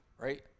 right